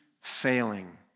failing